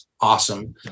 awesome